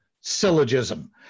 syllogism